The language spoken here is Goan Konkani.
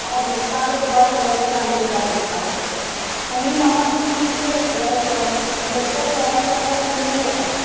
हय डिस्कावंट आतां बल् कडरीचेर आमी दितात डिस्कावंट तशें आनी म्हाका सांग तें लायक बेश्टो स्पोन्ज जाय काय क्रिमूय जाय वयर